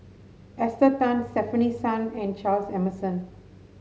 Esther Tan Stefanie Sun and Charles Emmerson